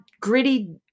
gritty